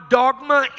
dogma